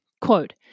quote